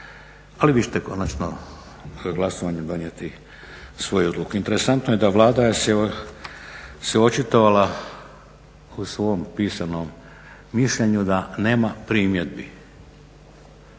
Ali vi ćete konačno glasovanjem donijeti svoje odluke. Interesantno je da Vlada se očitovala u svom pisanom mišljenju da nema primjedbi.